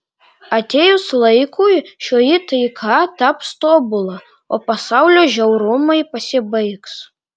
atėjus laikui šioji taika taps tobula o pasaulio žiaurumai pasibaigs